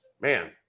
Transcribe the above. man